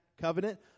covenant